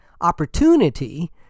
opportunity